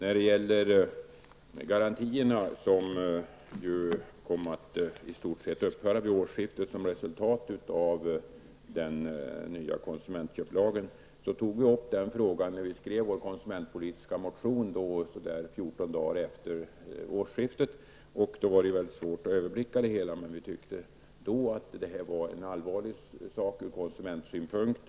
Vi tog upp frågan om garantierna, som kom att i stort sett upphöra vid årsskiftet som ett resultat av den nya konsumentköplagen, när vi skrev vår konsumentpolitiska motion fjorton dagar efter årsskiftet. Det var då svårt att överblicka det hela. Men vi tyckte då att det var en allvarlig sak ur konsumentsynpunkt.